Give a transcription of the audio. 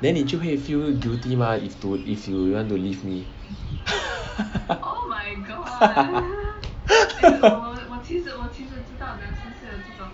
then 你就会 feel guilty mah if you if you want to leave me